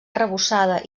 arrebossada